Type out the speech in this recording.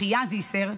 אחיה זיסר,